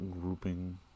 grouping